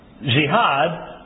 jihad